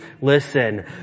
listen